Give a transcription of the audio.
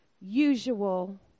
usual